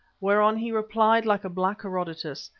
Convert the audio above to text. whereon he replied like a black herodotus,